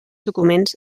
documents